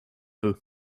peu